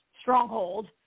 stronghold